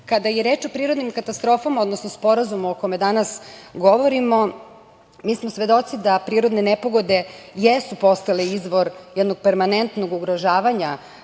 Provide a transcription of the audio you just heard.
je reč o prirodnim katastrofama, odnosno sporazumu o kome danas govorimo, mi smo svedoci da prirodne nepogode jesu postale izvor jednog permanentnog ugrožavanja